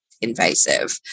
invasive